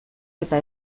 eta